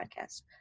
podcast